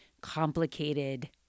complicated